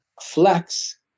flex